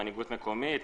מנהיגות מקומית,